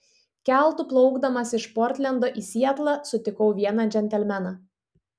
keltu plaukdamas iš portlendo į sietlą sutikau vieną džentelmeną